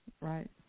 Right